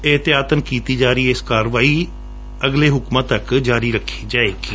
ਏਹਤੀਆਤਨ ਕੀਤੀ ਜਾ ਰਹੀ ਇਹ ਕਾਰਵਾਈ ਅਗਲੇ ਹੁਕਮਾਂ ਤੱਕ ਜਾਰੀ ਰੱਖੀ ਜਾਵੇਗੀ